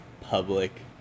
public